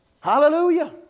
Hallelujah